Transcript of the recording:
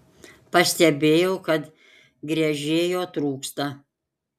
pastebėjau kad gręžėjo trūksta